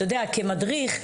כמדריך,